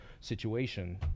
situation